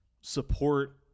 support